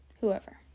whoever